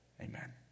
Amen